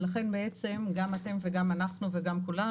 לכן בעצם גם אתם וגם אנחנו וגם כולם